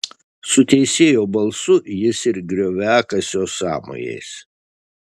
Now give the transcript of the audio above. su teisėjo balsu jis ir grioviakasio sąmojais